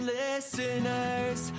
listeners